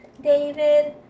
david